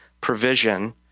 provision